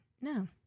No